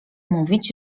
mówić